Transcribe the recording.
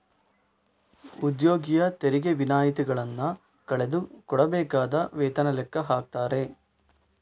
ಉದ್ಯೋಗಿಯ ತೆರಿಗೆ ವಿನಾಯಿತಿಗಳನ್ನ ಕಳೆದು ಕೊಡಬೇಕಾದ ವೇತನ ಲೆಕ್ಕ ಹಾಕ್ತಾರೆ